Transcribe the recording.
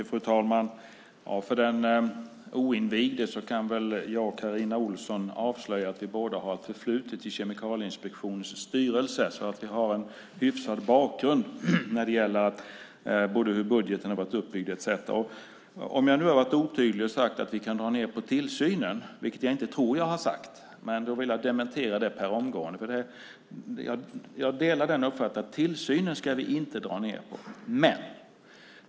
Fru talman! För den oinvigde kan jag och Carina Ohlsson avslöja att vi båda har ett förflutet i Kemikalieinspektionens styrelse. Vi har alltså en hyfsad bakgrund när det gäller hur budgeten har varit uppbyggd etcetera. Om jag har varit otydlig och sagt att vi kan dra ned på tillsynen, vilket jag inte tror att jag har gjort, vill jag dementera det omgående. Jag delar uppfattningen att vi inte ska dra ned på tillsynen.